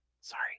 Sorry